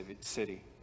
city